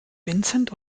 vincent